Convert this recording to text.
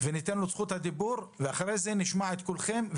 את זכות הדיבור ונשמע אותו ואחרי כן נשמע את כולכם.